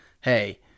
Hey